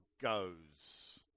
goes